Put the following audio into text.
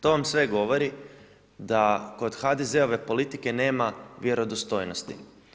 To vam sve govori da kod HDZ-ove politike nema vjerodostojnosti.